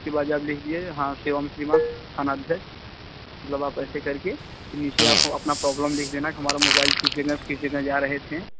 उसके बाद आप लिखिए हाँ सेवा में श्रीमान थाना अध्यक्ष मतलब आप ऐसे करके नीचे आप अपना प्रॉब्लम लिख देना कि हमारा मोबाइल किसी ने किसी ने जा रहे थे